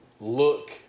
look